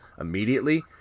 immediately